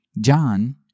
John